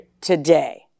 today